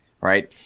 right